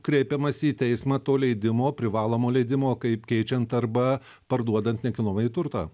kreipiamasi į teismą to leidimo privalomo leidimo kaip keičiant arba parduodant nekilnojamąjį turtą